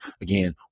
again